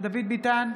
דוד ביטן,